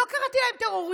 לא קראתי להם טרוריסטים,